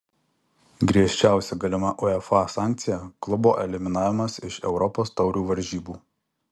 griežčiausia galima uefa sankcija klubo eliminavimas iš europos taurių varžybų